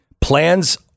Plans